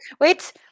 Wait